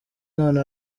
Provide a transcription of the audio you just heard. none